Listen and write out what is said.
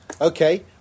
Okay